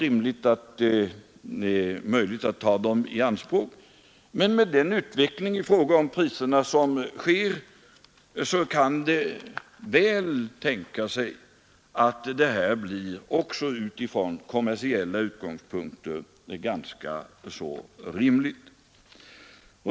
Kommersiellt har det inte varit möjligt att ta dem i anspråk, men med den utveckling i fråga om priserna som sker kan det väl tänkas att en sådan utvinning också från kommersiella utgångspunkter blir rimlig.